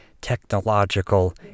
technological